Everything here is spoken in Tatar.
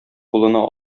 кулына